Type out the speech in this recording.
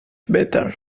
better